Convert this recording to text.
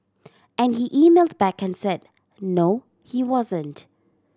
and he emailed back and said no he wasn't